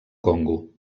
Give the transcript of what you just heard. congo